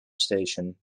station